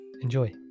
Enjoy